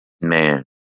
Man